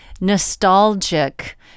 nostalgic